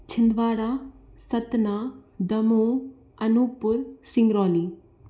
Chhindwara Satna Damoh Anuppur Singrauli